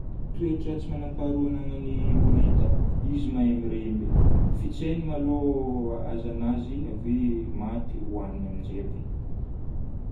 Toetra tsy magnam-paharoa agnanan'ny horita, izy mahay miremby. Fitseny maloha haza nazy ave maty hohagniny amin'izay ave.